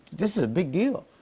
this is a big deal.